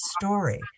story